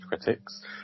Critics